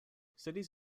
cities